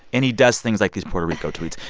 and he does things like these puerto rico tweets.